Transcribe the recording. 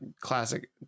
classic